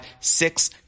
six